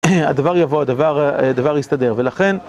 הדבר יבוא, הדבר יסתדר, ולכן...